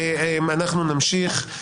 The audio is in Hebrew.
אופן מינוי השופטים, בניגוד למה שנאמר כאן.